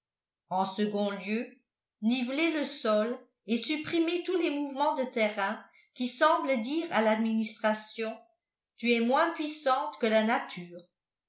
en second lieu niveler le sol et supprimer tous les mouvements de terrain qui semblent dire à l'administration tu es moins puissante que la nature